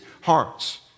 hearts